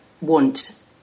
want